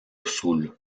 sul